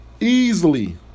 easily